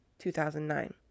2009